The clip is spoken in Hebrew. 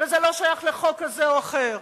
וזה לא שייך לחוק זה או אחר.